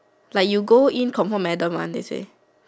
like you go in confirm madam one they say